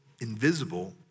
invisible